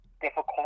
difficult